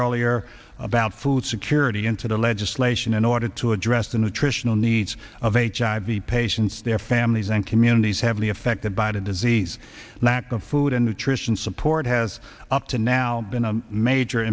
earlier about food security into the legislation in order to address the nutritional needs of h i v patients their families and communities have the affected by the disease lack of food and nutrition support has up to now been a major